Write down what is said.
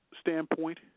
standpoint